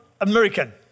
American